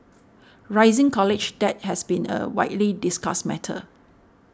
rising college debt has been a widely discussed matter